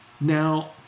Now